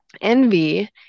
Envy